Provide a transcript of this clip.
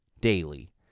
daily